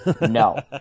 no